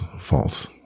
false